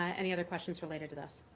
ah any other questions related to this?